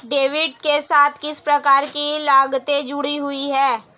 Debit card के साथ किस प्रकार की लागतें जुड़ी हुई हैं?